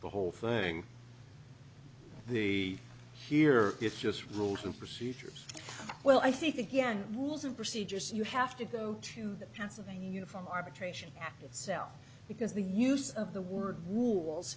the whole thing the hear it's just rules and procedures well i think again rules and procedures you have to go to the pennsylvania from arbitration itself because the use of the word rules